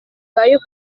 ayo